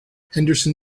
henderson